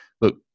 look